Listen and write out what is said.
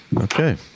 Okay